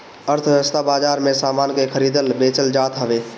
अर्थव्यवस्था बाजार में सामान के खरीदल बेचल जात हवे